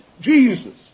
Jesus